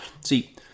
See